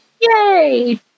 Yay